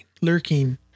Lurking